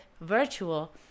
virtual